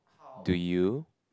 do you